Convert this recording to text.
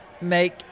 make